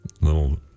Little